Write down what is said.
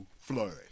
flourish